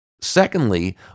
Secondly